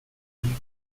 nie